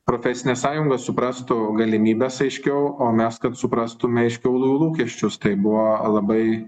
profesinės sąjungos suprastų galimybes aiškiau o mes kad suprastume aiškiau lūkesčius tai buvo labai